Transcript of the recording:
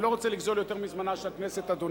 אני לא רוצה לגזול יותר מזמנה של הכנסת, אדוני.